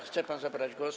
Chce pan zabrać głos?